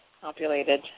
populated